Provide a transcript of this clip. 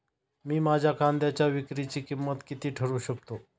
मी माझ्या कांद्यांच्या विक्रीची किंमत किती ठरवू शकतो?